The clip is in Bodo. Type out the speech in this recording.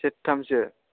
सेरथाम सो